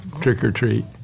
trick-or-treat